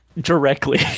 directly